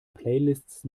playlists